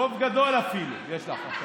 רוב גדול אפילו יש לך עכשיו.